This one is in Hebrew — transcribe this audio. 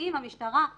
שאם המשטרה לא